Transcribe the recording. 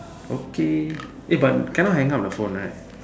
okay eh but cannot hang up the phone right